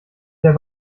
der